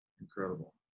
Incredible